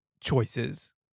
choices